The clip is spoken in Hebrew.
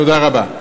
תודה רבה.